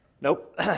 nope